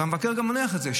והמבקר גם הניח את זה,